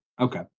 Okay